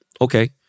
Okay